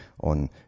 on